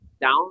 down